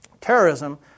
terrorism